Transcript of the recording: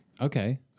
Okay